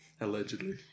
allegedly